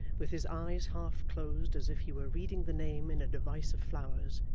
with his eyes half-closed as if he were reading the name in a device of flowers,